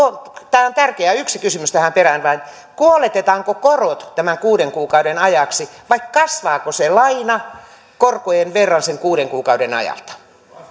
tämä on tärkeää yksi kysymys tähän perään vain kuoletetaanko korot tämän kuuden kuukauden ajaksi vai kasvaako se laina korkojen verran sen kuuden kuukauden ajalta